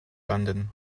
london